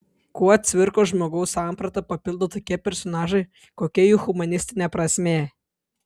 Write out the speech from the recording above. kuo cvirkos žmogaus sampratą papildo tokie personažai kokia jų humanistinė prasmė